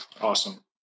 Awesome